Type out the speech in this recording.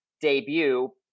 debut